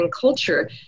culture